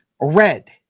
red